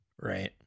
Right